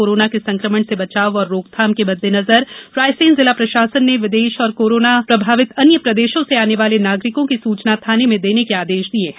corona के संक्रमण से बचाव और रोकथाम के मद्देनजर रायसेन जिला प्रशासन ने विदेश और कोरोना प्रभावित अन्य प्रदेशों से आने वाले नागरिकों की सूचना थाने में देने के आदेश दिए हैं